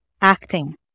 acting